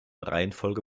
reihenfolge